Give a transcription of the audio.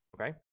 Okay